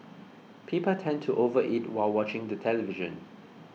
people tend to overeat while watching the television